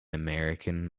american